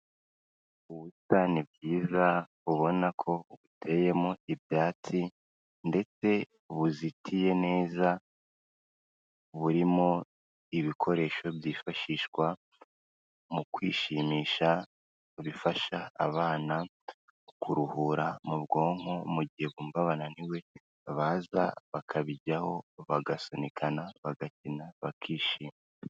Ubusitani bwiza ubona ko buteyemo ibyatsi ndetse buzitiye neza, burimo ibikoresho byifashishwa mu kwishimisha, bifasha abana kuruhura mu bwonko mu gihe bumva bananiwe baza bakabijyaho bagasunikana, bagakina bakishima.